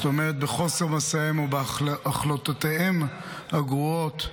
זאת אומרת, בחוסר מעשיהם, ובהחלטותיהם הגרועות.